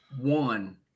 One